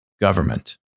government